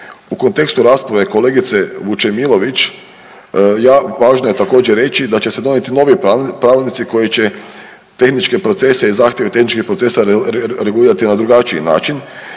U kontekstu rasprave kolegice Vučemilović, ja, važno je također reći da će se donijeti novi pravilnici koji će tehničke procese i zahtjeve tehničkih procesa regulirati na drugačiji način.